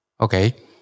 okay